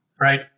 right